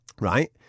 Right